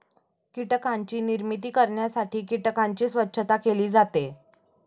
कीटकांची निर्मिती करण्यासाठी कीटकांची स्वच्छता केली जाते